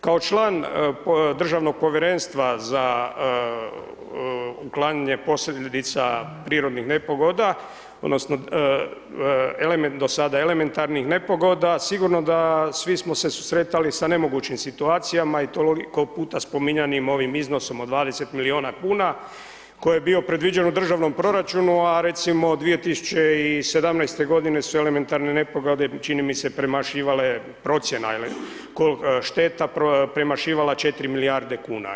Kao član Državnog povjerenstva za uklanjanje posljedica prirodnih nepogoda, odnosno do sada elementarnih nepogoda, sigurno da svi smo se susretali sa nemogućim situacijama i toliko puta spominjanim ovim iznosom od 20 milijuna kuna koje je bio predviđen u državnom proračunu, a recimo 2017. godine su elementarne nepogode čini mi se premašivale, procjena šteta premašivala 4 milijarde kuna.